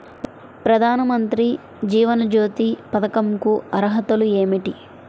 ప్రధాన మంత్రి జీవన జ్యోతి పథకంకు అర్హతలు ఏమిటి?